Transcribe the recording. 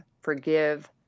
forgive